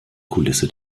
kulisse